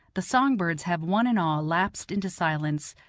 the song-birds have one and all lapsed into silence,